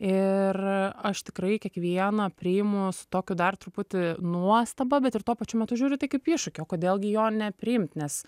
ir aš tikrai kiekvieną priimu su tokiu dar truputį nuostaba bet ir tuo pačiu metu žiūriu tai kaip į iššūkį o kodėl gi jo nepriimt nes